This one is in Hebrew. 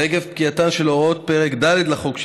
ועקב פקיעתן של הוראות פרק ד' לחוק,